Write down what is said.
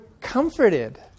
comforted